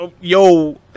yo